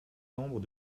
nombre